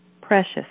precious